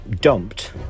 dumped